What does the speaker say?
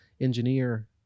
engineer